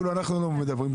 אפילו אנחנו לא מדברים,